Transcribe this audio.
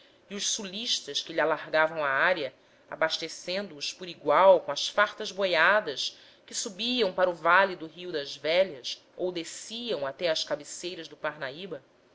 e os sulistas que lhe alargavam a área abastecendo os por igual com as fartas boiadas que subiam para o vale do rio das velhas ou desciam até às cabeceiras do parnaíba